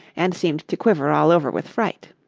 and seemed to quiver all over with fright.